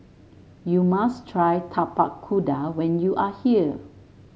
you must try Tapak Kuda when you are here